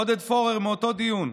עודד פורר, מאותו דיון: